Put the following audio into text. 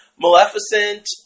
Maleficent